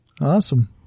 Awesome